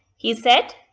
he said,